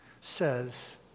says